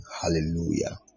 Hallelujah